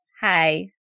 hi